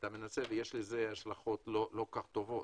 יש לזה השלכות לא כל כך טובות,